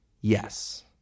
yes